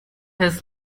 his